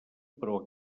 però